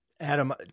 Adam